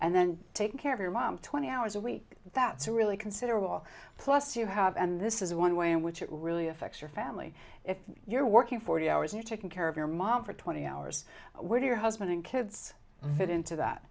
and then take care of your mom twenty hours a week that's a really considerable plus you have and this is one way in which it really affects your family if you're working forty hours you're taking care of your mom for twenty hours where your husband and kids fit into that